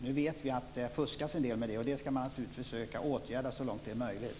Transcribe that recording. Nu vet vi att det fuskas en del med det, och det skall man naturligtvis försöka åtgärda så långt det är möjligt.